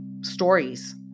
stories